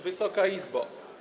Wysoka Izbo!